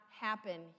happen